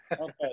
Okay